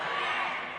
השניה,